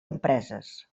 empreses